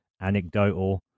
anecdotal